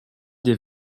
des